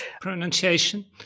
pronunciation